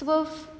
swerve